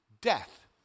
death